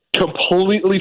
completely